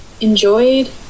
enjoyed